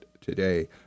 today